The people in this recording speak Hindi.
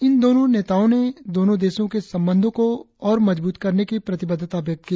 इन दोनों नेताओं ने दोनों देशों के संबंधों को और मजबूत करने की प्रतिबद्धता व्यक्त की